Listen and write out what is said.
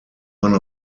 one